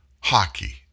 hockey